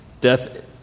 death